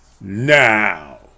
Now